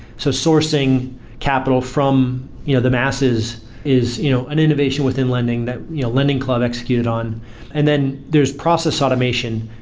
so sourcing capital from you know the masses is you know an innovation within lending that you know lending club executed on and then there's process automation.